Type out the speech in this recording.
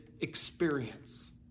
experience